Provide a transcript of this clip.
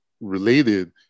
related